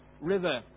River